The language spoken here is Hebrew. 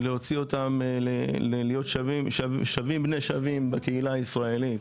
ולהוציא אותם להיות שווים בני שווים בקהילה הישראלית,